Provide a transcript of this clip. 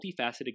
multifaceted